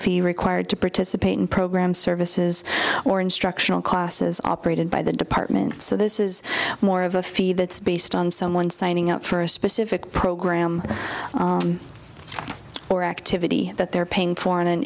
fee required to participate in program services or instructional classes operated by the department so this is more of a fee that's based on someone signing up for a specific program or activity that they're paying for in an